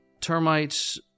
termites